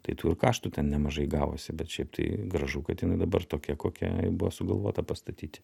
tai tų ir kaštų ten nemažai gavosi bet šiaip tai gražu kad jinai dabar tokia kokia buvo sugalvota pastatyti